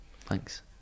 Thanks